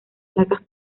placas